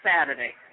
Saturday